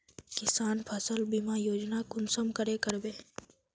किसान फसल बीमा योजना कुंसम करे करबे?